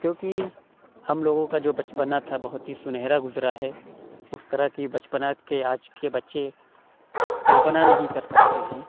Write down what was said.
کیوں کہ ہم لوگوں کا جو بچپنا تھا بہت ہی سُنہرا گُزرا ہے اُس طرح کی بچپنا کے آج کے بچے کلپنا نہیں کر سکتے ہیں